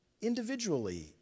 individually